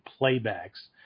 playbacks